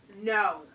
No